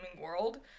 world